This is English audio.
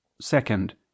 Second